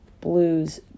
Blues